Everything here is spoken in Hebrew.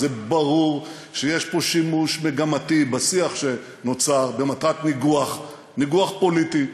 זה ברור שיש פה שימוש מגמתי בשיח שנוצר למטרת ניגוח פוליטי.